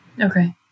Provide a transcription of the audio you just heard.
Okay